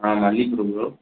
ஆ மல்லிகைப்பூ எவ்வளோ